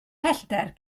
pellter